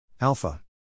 alpha